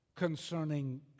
Concerning